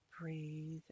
breathe